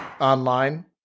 online